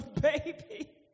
baby